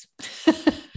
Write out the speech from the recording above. yes